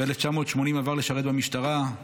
ב-1980 עבר לשרת במשטרה,